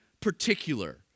particular